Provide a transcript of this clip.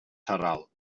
sarral